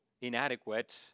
inadequate